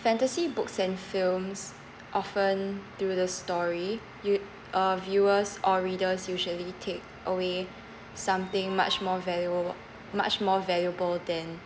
fantasy books and films often through the story you uh viewers or readers usually take away something much more valua~ much more valuable than